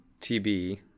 TB